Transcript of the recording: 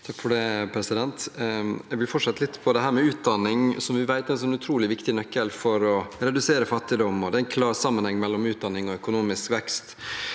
(KrF) Jeg vil fortsette litt på dette med utdanning, som vi vet er en utrolig viktig nøkkel for å redusere fattigdom. Det er en klar sammenheng mellom utdanning og økonomisk vekst